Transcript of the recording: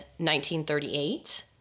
1938